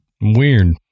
Weird